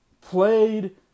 Played